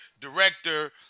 director